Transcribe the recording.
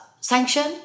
sanction